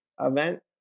event